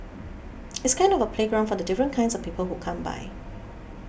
it's kind of a playground for the different kinds of people who come by